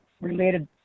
related